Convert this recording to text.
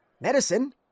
medicine